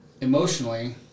Emotionally